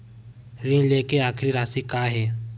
ऋण लेके आखिरी राशि का हे?